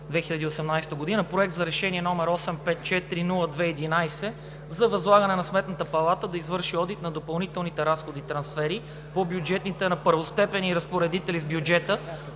2018 г., Проект за решение № 854-02-11 за възлагане на Сметната палата да извърши одит на допълнителните разходи/трансфери по бюджетите на първостепенните разпоредители с бюджета,